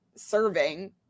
serving